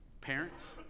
Parents